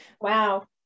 Wow